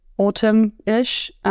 autumn-ish